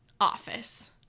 office